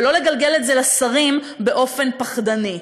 ולא לגלגל את זה לשרים באופן פחדני,